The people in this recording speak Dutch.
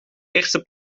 eerste